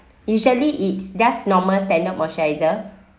usually it's just normal standard moisturizer